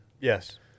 Yes